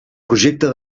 projecte